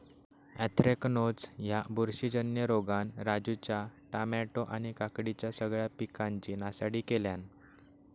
anthracnose ह्या बुरशीजन्य रोगान राजूच्या टामॅटो आणि काकडीच्या सगळ्या पिकांची नासाडी केल्यानं